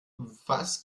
was